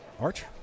Arch